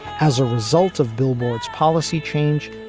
as a result of billboard's policy change,